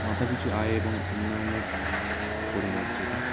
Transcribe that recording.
মাথাপিছু আয় এবং উন্নয়নের পরিমাপ যেটা